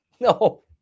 No